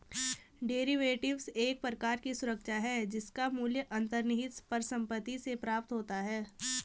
derivatives एक प्रकार की सुरक्षा है जिसका मूल्य अंतर्निहित परिसंपत्ति से प्राप्त होता है